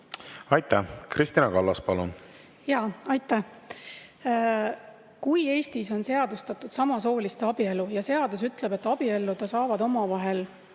Aitäh! Kristina Kallas, palun! Aitäh! Kui Eestis on seadustatud samasooliste abielu ja seadus ütleb, et abielluda saavad omavahel